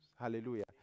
Hallelujah